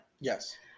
Yes